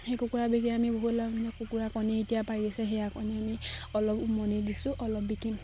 সেই কুকুৰা বিকি আমি বহুত কুকুৰা কণী এতিয়া পাৰিছে সেয়া কণী আমি অলপ উমনি দিছোঁ অলপ বিকি